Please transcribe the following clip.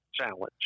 challenge